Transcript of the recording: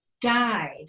died